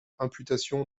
imputation